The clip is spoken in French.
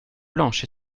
blanche